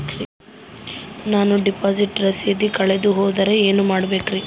ನಾನು ಡಿಪಾಸಿಟ್ ರಸೇದಿ ಕಳೆದುಹೋದರೆ ಏನು ಮಾಡಬೇಕ್ರಿ?